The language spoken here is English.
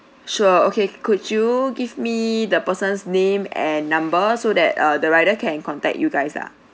sure okay could you give me the person's name and number so that uh the rider can contact you guys ah